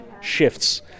shifts